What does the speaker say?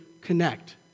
connect